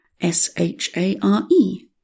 S-H-A-R-E